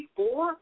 four